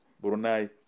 Brunei